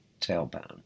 tailbone